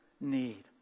need